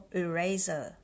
eraser